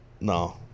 no